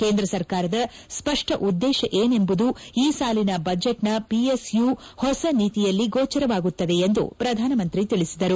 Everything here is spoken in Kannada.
ಕೇಂದ್ರ ಸರ್ಕಾರದ ಸ್ವಷ್ನ ಉದ್ದೇಶ ಏನೆಂಬುದು ಈ ಸಾಲಿನ ಬಜೆಟ್ನ ಪಿಎಸ್ಯು ಹೊಸ ನೀತಿಯಲ್ಲಿ ಗೋಚರವಾಗುತ್ತದೆ ಎಂದು ಪ್ರಧಾನಮಂತ್ರಿ ತಿಳಿಸಿದರು